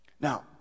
Now